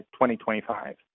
2025